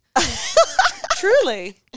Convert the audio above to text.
Truly